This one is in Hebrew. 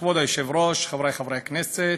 כבוד היושב-ראש, חברי חברי הכנסת,